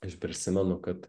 aš prisimenu kad